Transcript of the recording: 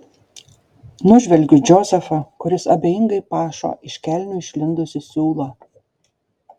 nužvelgiu džozefą kuris abejingai pašo iš kelnių išlindusį siūlą